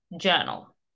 journal